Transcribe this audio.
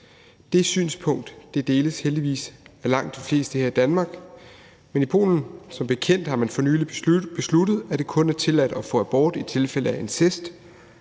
Det synspunkt deles heldigvis af langt de fleste her i Danmark, men i Polen har man som bekendt for nylig besluttet, at det kun er tilladt at få abort i tilfælde af incest,